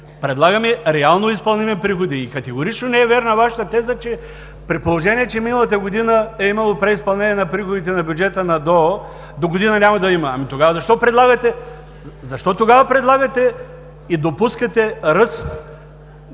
Предлагаме реално изпълнение на приходите. Категорично не е вярна Вашата теза, при положение че миналата година е имало преизпълнение на приходите на бюджета на ДОО, догодина няма да има. Тогава защо предлагате и допускате ръст